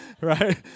Right